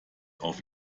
auf